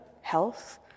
health